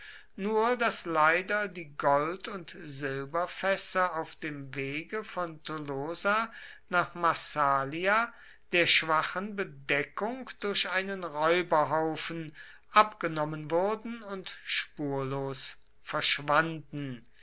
nur daß leider die gold und silberfässer auf dem wege von tolosa nach massalia der schwachen bedeckung durch einen räuberhaufen abgenommen wurden und spurlos verschwanden